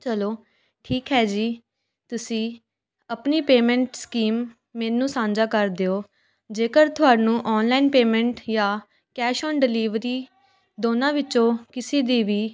ਚਲੋ ਠੀਕ ਹੈ ਜੀ ਤੁਸੀਂ ਆਪਣੀ ਪੇਮੈਂਟ ਸਕੀਮ ਮੈਨੂੰ ਸਾਂਝਾ ਕਰ ਦਿਓ ਜੇਕਰ ਤੁਹਾਨੂੰ ਔਨਲਾਈਨ ਪੇਮੈਂਟ ਜਾਂ ਕੈਸ਼ ਆਨ ਡਿਲੀਵਰੀ ਦੋਨਾਂ ਵਿੱਚੋਂ ਕਿਸੇ ਦੀ ਵੀ